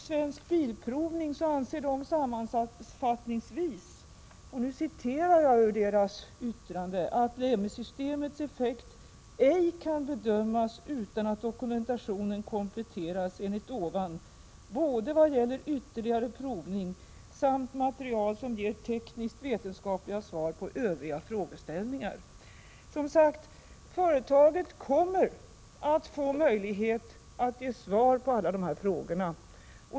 Svensk Bilprovning anser sammanfattningsvis — jag citerar nu ur dess yttrande — att LEMI-systemets effekt ej kan bedömas utan att dokumentationen kompletteras, vad gäller både ytterligare provning samt material som ger tekniskt vetenskapliga svar på övriga frågeställningar. Företaget kommer som sagt att få möjlighet att ge svar på alla de här frågorna.